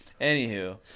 anywho